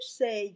say